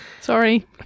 Sorry